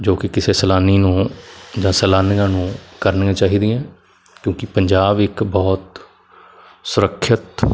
ਜੋ ਕਿ ਕਿਸੇ ਸੈਲਾਨੀ ਨੂੰ ਜਾਂ ਸੈਲਾਨੀਆਂ ਨੂੰ ਕਰਨੀਆਂ ਚਾਹੀਦੀਆਂ ਕਿਉਂਕਿ ਪੰਜਾਬ ਇੱਕ ਬਹੁਤ ਸੁਰੱਖਿਅਤ